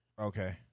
Okay